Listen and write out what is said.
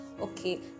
okay